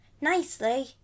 nicely